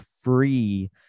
free